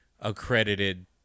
accredited